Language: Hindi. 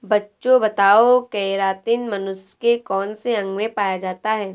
बच्चों बताओ केरातिन मनुष्य के कौन से अंग में पाया जाता है?